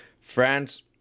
France